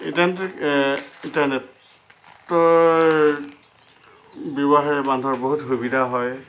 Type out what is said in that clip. internet ইণ্টাৰনেটৰ ব্যৱহাৰে মানুহৰ বহুত সুবিধা হয়